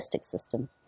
system